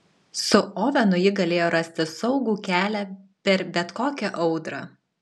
su ovenu ji galėjo rasti saugų kelią per bet kokią audrą